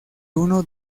uno